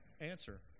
answer